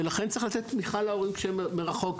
ולכן צריך לתת תמיכה להורים כשהם מרחוק.